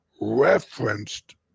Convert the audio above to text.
referenced